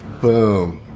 Boom